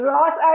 Ross